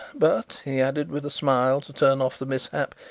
but, he added, with a smile, to turn off the mishap,